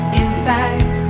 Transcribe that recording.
inside